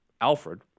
Alfred